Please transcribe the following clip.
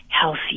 healthy